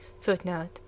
Footnote